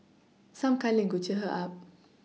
some cuddling could cheer her up